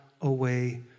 away